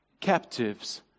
captives